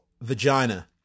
vagina